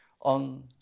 on